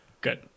Good